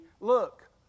Look